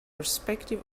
respective